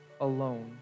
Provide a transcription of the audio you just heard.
alone